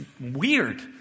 weird